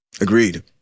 Agreed